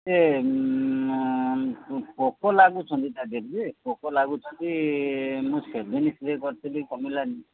ଏ ପୋକ ଲାଗୁଛନ୍ତି ତା ଦେହରେ ଯେ ପୋକ ଲାଗୁଛନ୍ତି ମୁଁ ସେଦିନି ସ୍ପ୍ରେ କରିଥିଲି କମିଲାନି